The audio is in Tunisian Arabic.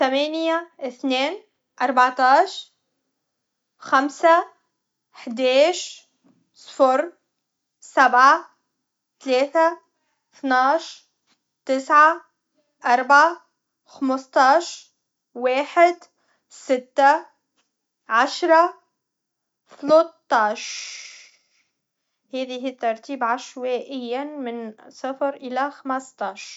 ثمانيه اثنان اربعطاش خمسه حداش صفر سبعه تلاثه ثناش تسعه اربعه خمسطاش واحد سته عشره ثلطاششش هذه الترتيب عشوائيا من صفر الى خمسطاش